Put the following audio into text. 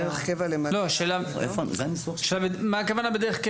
מה הכוונה בדרך קבע?